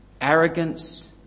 arrogance